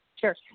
Sure